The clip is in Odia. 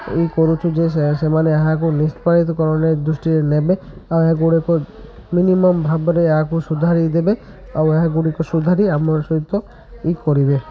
ଇଏ କରୁଛୁ ଯେ ସେମାନେ ଏହାକୁ ନିଷ୍ପାଳିତ କରରଣ ଦୃଷ୍ଟିରେ ନେବେ ଆଉ ଏହା ଗୁଡ଼ିକ ମିନିମମ୍ ଭାବରେ ଏହାକୁ ସୁଧାରି ଦେବେ ଆଉ ଏହା ଗୁଡ଼ିକ ସୁଧାରି ଆମ ସହିତ ଇଏ କରିବେ